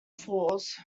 falls